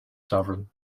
sovereign